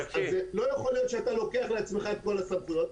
לא יכול להיות שאתה לוקח לעצמך את כל הסמכויות,